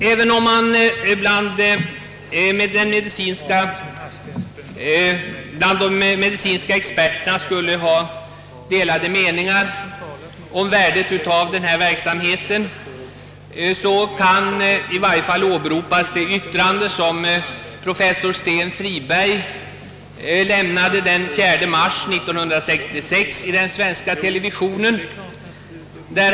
Även om man bland de medicinska experterna skulle ha delade meningar om värdet av denna verksamhet, så kan i varje fall åberopas det uttalande som professor Sten Friberg gjorde den 4 mars 1966 i den svenska televisionen.